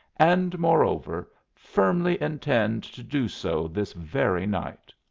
and, moreover, firmly intend to do so this very night.